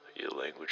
language